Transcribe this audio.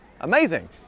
amazing